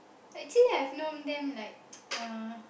actually I've known them like uh